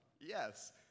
Yes